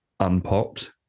unpopped